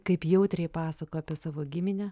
kaip jautriai pasakojo apie savo giminę